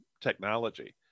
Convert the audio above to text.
technology